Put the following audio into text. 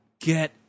Get